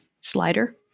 slider